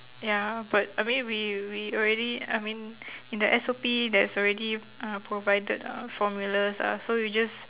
ya but I mean we we already I mean in the S_O_P there's already uh provided uh formulas ah so we just